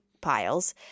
piles